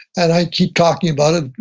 and i keep talking about it,